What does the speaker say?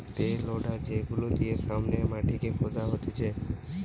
pay loader যেগুলা দিয়ে সামনের মাটিকে খুদা হতিছে